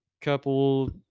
couple